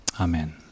amen